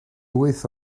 wyth